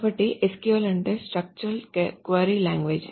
కాబట్టి SQL అంటే structured query language